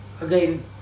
again